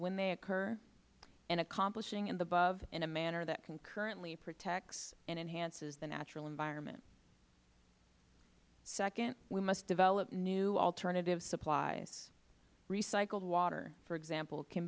when they occur and accomplishing the above in a manner that concurrently protects and enhances the natural environment second we must develop new alternative supplies recycled water for example can